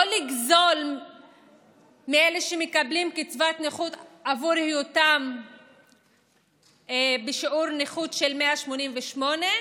לא לגזול מאלה שמקבלים קצבת נכות עבור היותם בשיעור נכות של 188%,